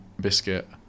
Biscuit